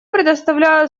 предоставляю